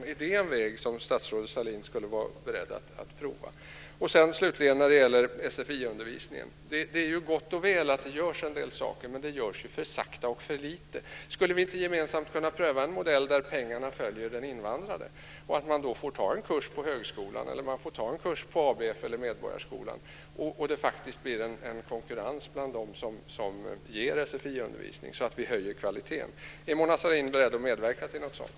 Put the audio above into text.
Är det en väg som statsrådet Sahlin skulle vara beredd att prova? När det slutligen gäller sfi-undervisningen är det gott och väl att det görs en del saker, men det görs för sakta och för lite. Skulle vi inte gemensamt kunna pröva en modell där pengarna följer den invandrade, som då kan få gå igenom en kurs på högskolan eller på ABF eller på Medborgarskolan? Det skulle då bli en konkurrens mellan dem som ger sfi-undervisning, vilket höjer kvaliteten. Är Mona Sahlin beredd att medverka till något sådant?